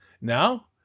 Now